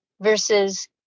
versus